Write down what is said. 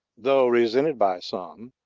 though resented by some,